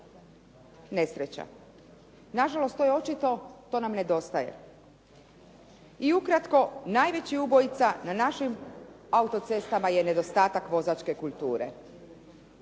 nesreća. Nažalost to je očito, to nam nedostaje. I ukratko najveći ubojica na našim autocestama je nedostatak vozačke kulture.